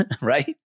right